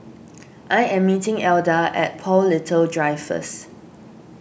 I am meeting Elda at Paul Little Drive first